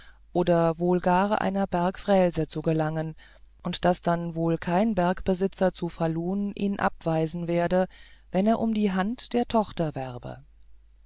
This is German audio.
oder wohl gar einer bergfrälse zu gelangen und daß dann wohl kein bergbesitzer zu falun ihn abweisen werde wenn er um die hand der tochter werbe